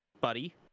buddy